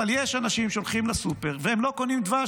אבל יש אנשים שהולכים לסופר והם לא קונים דבש,